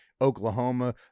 Oklahoma